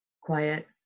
Quiet